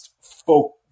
folk